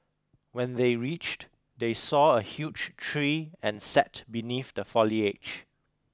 when they reached they saw a huge tree and sat beneath the foliage